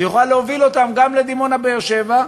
זה יוכל להוביל אותם גם לדימונה באר-שבע,